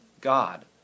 God